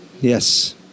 Yes